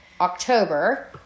October